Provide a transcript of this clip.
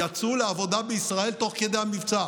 יצאו לעבודה בישראל תוך כדי המבצע.